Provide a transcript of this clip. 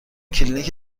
کلینیک